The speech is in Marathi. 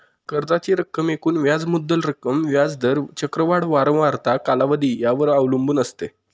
कर्जाची रक्कम एकूण व्याज मुद्दल रक्कम, व्याज दर, चक्रवाढ वारंवारता, कालावधी यावर अवलंबून असते